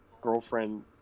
girlfriend